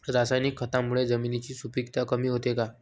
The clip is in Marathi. रासायनिक खतांमुळे जमिनीची सुपिकता कमी होते का?